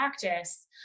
practice